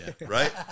Right